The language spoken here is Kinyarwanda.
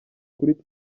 kuri